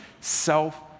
self